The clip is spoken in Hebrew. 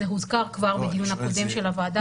זה הוזכר קרב בדיון הקודם של הועדה.